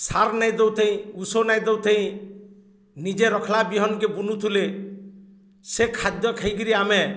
sir ନାଇଁ ଦଉଥେଇ ଉଷ ନାଇଁ ଦଉଥେଇ ନିଜେ ରଖଲା ବିହନକେ ବୁନୁଥିଲେ ସେ ଖାଦ୍ୟ ଖାଇକିରି ଆମେ